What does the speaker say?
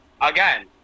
again